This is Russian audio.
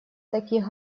таких